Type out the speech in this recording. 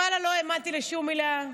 ואללה, לא האמנתי לשום מילה.